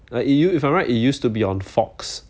like it used if I'm right it used to be on Fox